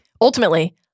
Ultimately